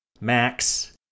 Max